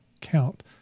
count